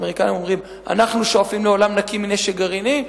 האמריקנים אומרים: אנחנו שואפים לעולם נקי מנשק גרעיני,